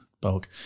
bulk